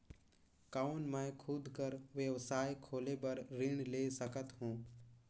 कौन मैं खुद कर व्यवसाय खोले बर ऋण ले सकत हो?